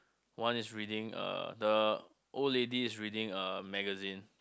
one is reading uh the old lady is reading a magazine